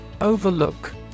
Overlook